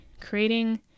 creating